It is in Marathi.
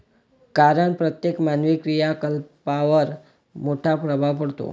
कारण प्रत्येक मानवी क्रियाकलापांवर मोठा प्रभाव पडतो